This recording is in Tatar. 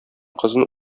кызын